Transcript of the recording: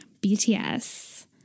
BTS